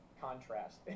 contrast